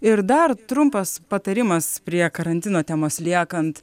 ir dar trumpas patarimas prie karantino temos liekant